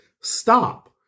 Stop